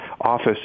office